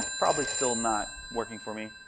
probably still not working for me,